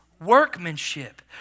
workmanship